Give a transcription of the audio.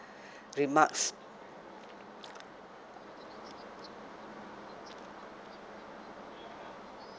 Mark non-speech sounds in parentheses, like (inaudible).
(breath) remarks